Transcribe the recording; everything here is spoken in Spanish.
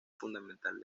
fundamental